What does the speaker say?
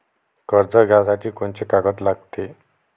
कर्ज घ्यासाठी कोनची कागद लागते?